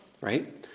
Right